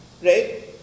right